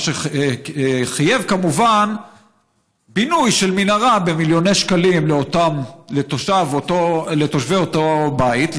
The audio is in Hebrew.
מה שחייב כמובן בינוי של מנהרה במיליוני שקלים לתושבי אותו בית,